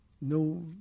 no